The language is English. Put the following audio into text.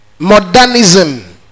Modernism